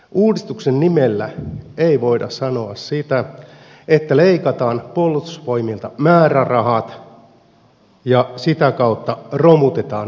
uudistuksen nimellä ei voida sanoa sitä että leikataan puolustusvoimilta määrärahat ja sitä kautta romutetaan järjestelmä